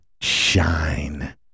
shine